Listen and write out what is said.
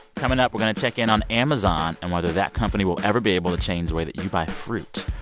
coming up, we're going to check in on amazon and whether that company will ever be able to change the way that you buy fruit.